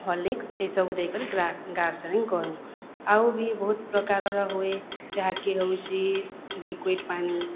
Horlicks ଏହିସବୁ ଦେଇକରି ଗ୍ରାସ ଗ୍ରାସରିନ କରୁ ଆଉ ବି ବହୁତ ପ୍ରକାରର ହୁଏ ଯାହାକି ହେଉଛି ଲିକ୍ୟୁଇଡ଼ ପାଣି